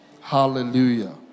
Hallelujah